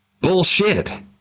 Bullshit